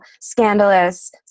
scandalous